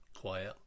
quiet